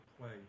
play